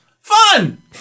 Fun